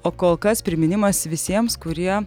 o kol kas priminimas visiems kurie